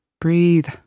Breathe